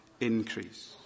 increase